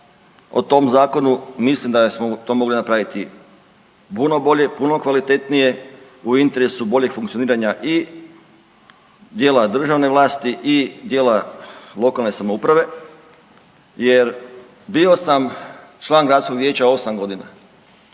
o tom zakonu, mislim da smo to mogli napraviti puno bolje, puno kvalitetnije u interesu boljeg funkcioniranja i dijela državne vlasti i dijela lokalne samouprave jer bio sam član gradskog vijeća osam godina,